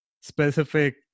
specific